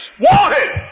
Wanted